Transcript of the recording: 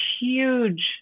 huge